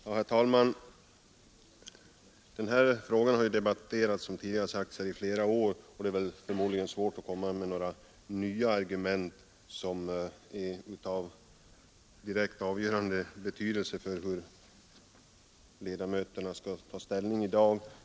Herr talman! Den här frågan har ju, som tidigare har påpekats, debatterats under flera år, och det är förmodligen svårt att komma med några nya argument som är av direkt avgörande betydelse för hur ledamöterna skall ta ställning i dag.